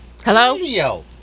Hello